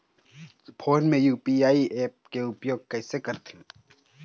Phone मे UPI app के उपयोग कइसे करथे?